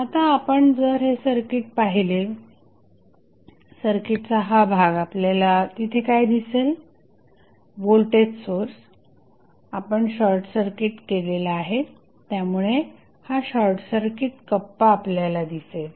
आता आपण जर हे सर्किट पाहिले सर्किटचा हा भाग आपल्याला तिथे काय दिसेल व्होल्टेज सोर्स आपण शॉर्टसर्किट केलेला आहे त्यामुळे हा शॉर्टसर्किट कप्पा आपल्याला दिसेल